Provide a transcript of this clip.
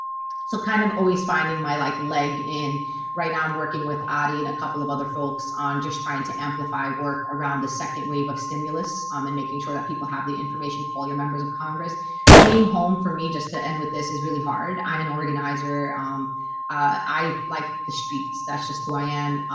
so kind of always finding my like leg in right now i'm working with adi and a couple of other folks on just trying to amplify work around the second wave of stimulus um and making sure that people have the information call your members of congress being home for me just to end with this is really hard. i'm an organizer i like the streets. that's just who i am.